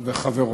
וחברות.